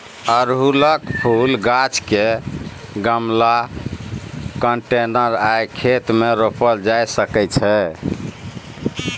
अड़हुल फुलक गाछ केँ गमला, कंटेनर या खेत मे रोपल जा सकै छै